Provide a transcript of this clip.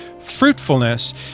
fruitfulness